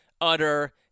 utter—